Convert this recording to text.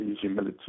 humility